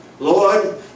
Lord